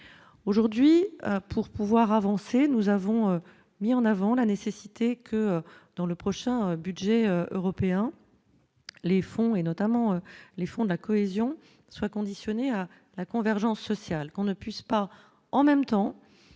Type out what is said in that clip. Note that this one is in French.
aujourd'hui pour pouvoir avancer, nous avons mis en avant la nécessité que dans le prochain budget européen les fonds et notamment les fonds de la cohésion soit conditionnée à la convergence sociale qu'on ne puisse pas en même temps